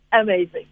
Amazing